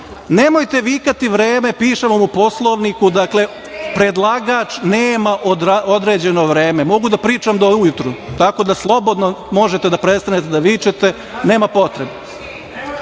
propast. Nemojte vikati - vreme, piše vam u Poslovniku, predlagač nema određeno vreme. Mogu da pričam do ujutru. Tako da, slobodno možete da prestanete da vičete, nema potrebe.